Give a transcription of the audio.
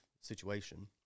situation